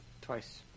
twice